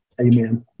Amen